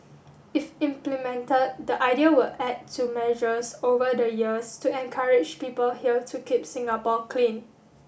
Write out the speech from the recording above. if implemented the idea will add to measures over the years to encourage people here to keep Singapore clean